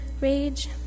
rage